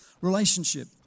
relationship